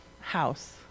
house